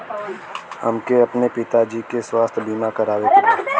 हमके अपने पिता जी के स्वास्थ्य बीमा करवावे के बा?